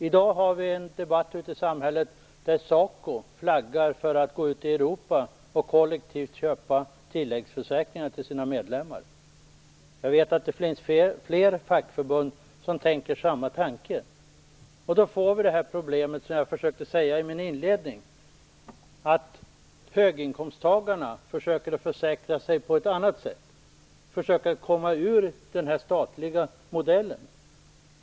I dag pågår en debatt ute i samhället där SACO flaggar för att gå ut i Europa och kollektivt köpa tilläggsförsäkringar till sina medlemmar. Jag vet att det finns flera fackförbund som tänker samma tanke. Då uppstår det problem som jag nämnde i mitt anförande, dvs. att höginkomsttagarna försöker försäkra sig på ett annat sätt, försöker komma ur den statliga modellen.